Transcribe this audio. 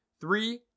three